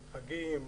חגים,